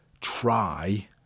try